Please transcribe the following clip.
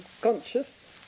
conscious